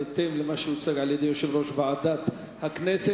בהתאם למה שהוצג על-ידי יושב-ראש ועדת הכנסת.